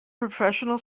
professional